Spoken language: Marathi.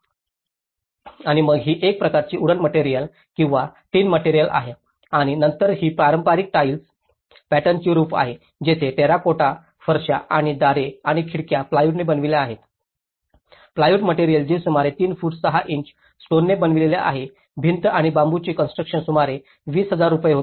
आणि मग ही एक प्रकारची वूडन मटेरियल किंवा टिन मटेरियल आहे आणि नंतर ही पारंपारिक टाइल पॅटर्नची रूफ आहे जिथे टेराकोटा फरशा आणि दारे आणि खिडक्या प्लायवुडने बनविल्या आहेत प्लायवुड मटेरियल जे सुमारे 3 फूट 6 इंच स्टोनाने बनलेले आहे भिंत आणि बांबूचे हे कॉन्स्ट्रुकशन सुमारे 20000 रुपये होते